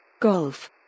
Golf